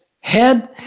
head